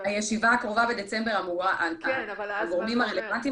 בישיבה הקרובה בדצמבר הגורמים הרלוונטיים